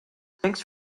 thanks